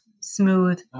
smooth